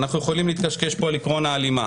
אנחנו יכולים להתקשקש פה על עקרון ההלימה,